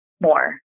more